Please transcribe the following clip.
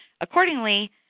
accordingly